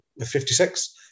56